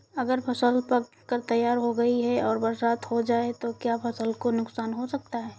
अगर फसल पक कर तैयार हो गई है और बरसात हो जाए तो क्या फसल को नुकसान हो सकता है?